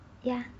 ya